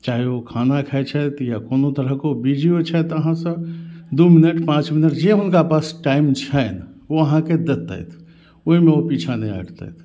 चाहे ओ खाना खाइ छथि या कोनो तरहको बिजियो छथि अहाँसँ दू मिनट पाँच मिनट जे हुनका पास टाइम छनि ओ अहाँके देतथि ओहिमे ओ पीछा नहि हटतथि